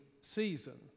season